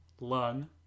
lung